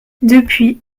depuis